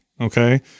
Okay